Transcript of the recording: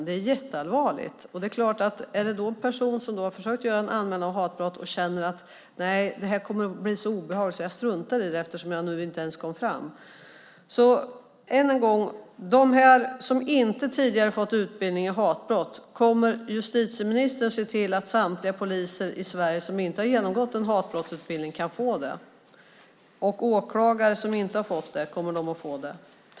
Det är jätteallvarligt om en person som har försökt att göra en anmälan om hatbrott känner att nej, det här kommer att bli så obehagligt, så jag struntar i det eftersom jag nu inte ens kom fram. Än en gång: Kommer justitieministern att se till att samtliga poliser och åklagare i Sverige som inte har genomgått en hatbrottsutbildning kan få det?